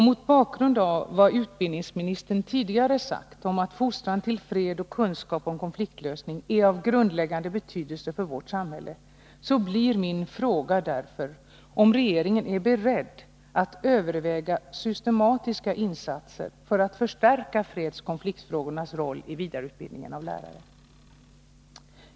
Mot bakgrund av vad utbildningsministern tidigare sagt om att fostran till fred och kunskap om konfliktlösning är av grundläggande betydelse för vårt samhälle blir min fråga därför, om regeringen är beredd överväga systematiska insatser för att förstärka fredsoch konfliktfrågornas roll i vidareutbildningen av lärare.